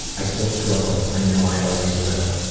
i still struggle. i know i always will.